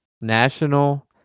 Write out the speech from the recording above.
National